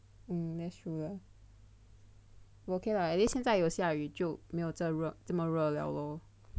mm that's true lah ok lah at least 现在有下雨就没有这么热了 lor